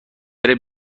بره